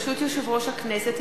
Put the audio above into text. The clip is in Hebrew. ברשות יושב-ראש הכנסת,